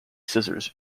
scissors